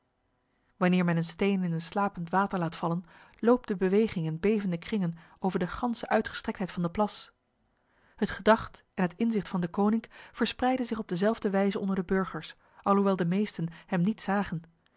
wanneer men een steen in een slapend water laat vallen loopt de beweging in bevende kringen over de ganse uitgestrektheid van de plas het gedacht en het inzicht van deconinck verspreidde zich op dezelfde wijs onder de burgers alhoewel de meesten hem niet zagen